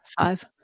five